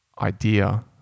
idea